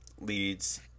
leads